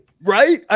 right